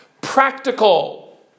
Practical